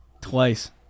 twice